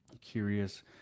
curious